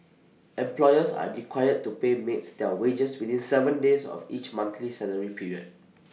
employers are required to pay maids their wages within Seven days of each monthly salary period